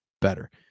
better